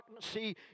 see